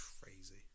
crazy